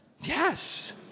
Yes